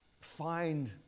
find